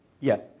yes